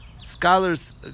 scholars